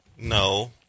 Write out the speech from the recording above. No